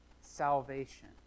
salvation